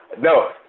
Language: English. No